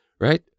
Right